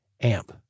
AMP